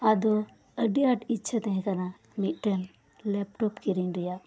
ᱟᱫᱚ ᱟᱹᱰᱤ ᱟᱴ ᱤᱪᱪᱷᱟᱹ ᱛᱟᱸᱦᱮ ᱠᱟᱱᱟ ᱢᱤᱫᱴᱮᱱ ᱞᱮᱯᱴᱚᱯ ᱠᱤᱨᱤᱧ ᱨᱮᱭᱟᱜ